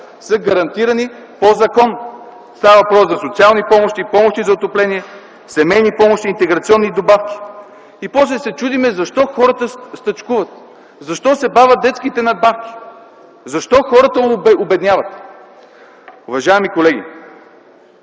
са гарантирани по закон. Става въпрос за социални помощи, за помощи за отопление, семейни помощи, интеграционни добавки. И после се чудим защо хората стачкуват, защо се бавят детските надбавки, защо хората обедняват!? Уважаеми колеги,